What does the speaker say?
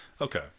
Okay